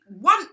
one